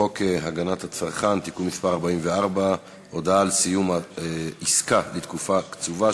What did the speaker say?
חוק הגנת הצרכן (תיקון מס' 44) (הודעה על סיום עסקה לתקופה קצובה),